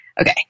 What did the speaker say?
Okay